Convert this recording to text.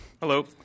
Hello